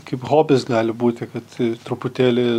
kaip hobis gali būti kad truputėlį